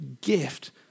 gift